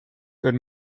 good